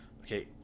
okay